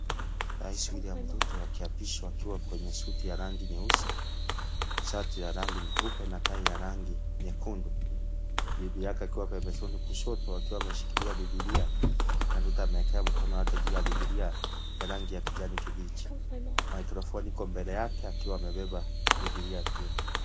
Rais William Ruto akiapishwa akiwa kwenye suti ya rangi nyeusi, shati ya rangi nyeupe na tai ya rangi nyekundu bibi yake akiwa pembezoni kushoto akishikilia bibilia na Ruto akiwekelea mkono wake kwa bibilia ya rangi ya kijani kibichi maikirofoni ikiwa mbele yake akiwa ameshikilia bibilia pia.